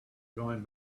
going